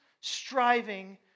striving